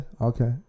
okay